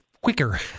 quicker